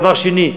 דבר שני,